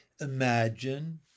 Imagine